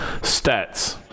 stats